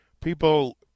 people –